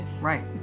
Right